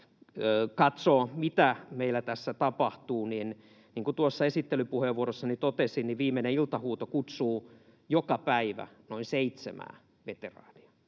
katsoo, mitä meillä tässä tapahtuu, niin kuin tuossa esittelypuheenvuorossani totesin, niin viimeinen iltahuuto kutsuu joka päivä noin seitsemää veteraania.